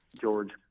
George